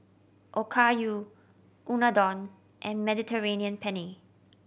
Okayu Unadon and Mediterranean Penne